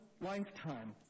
lifetime